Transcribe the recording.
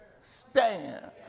stand